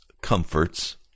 comforts